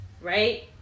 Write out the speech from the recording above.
right